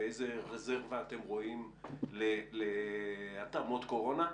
ואיזה רזרבה אתם רואים להתאמות קורונה?